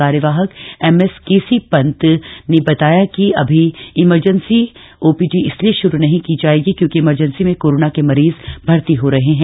कार्यवाहक एमएस केसी पंत ने बताया कि अभी इमरजेंसी आइपीडी इसीलिए शुरू नहीं की जाएगी क्योंकि इमरजेंसी में कोरोना के मरीज भर्ती हो रहे हैं